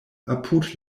apud